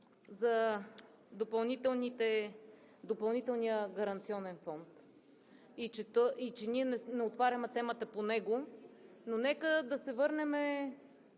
за допълнителния гаранционен фонд и че ние не отваряме темата по него, но нека да се върнем